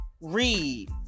Read